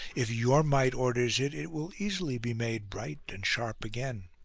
if your might orders it, it will easily be made bright and sharp again.